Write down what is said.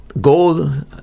gold